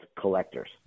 collectors